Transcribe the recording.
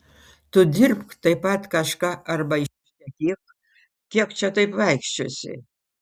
tu dirbk taip pat kažką arba ištekėk kiek čia taip vaikščiosi